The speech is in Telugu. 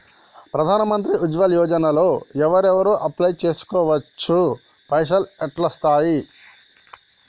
ప్రధాన మంత్రి ఉజ్వల్ యోజన లో ఎవరెవరు అప్లయ్ చేస్కోవచ్చు? పైసల్ ఎట్లస్తయి?